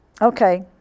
Okay